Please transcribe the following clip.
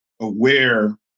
aware